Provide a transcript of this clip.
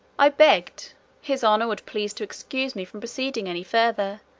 i begged his honour would please to excuse me from proceeding any further,